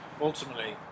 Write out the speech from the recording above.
ultimately